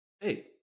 hey